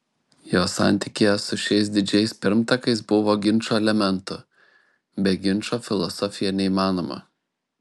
jo santykyje su šiais didžiais pirmtakais buvo ginčo elementų be ginčo filosofija neįmanoma